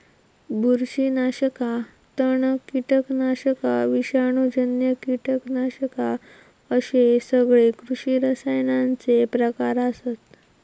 बुरशीनाशका, तण, कीटकनाशका, विषाणूजन्य कीटकनाशका अश्ये सगळे कृषी रसायनांचे प्रकार आसत